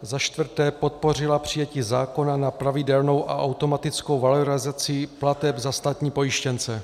Za čtvrté: Podpořila přijetí zákona na pravidelnou a automatickou valorizaci plateb za státní pojištěnce.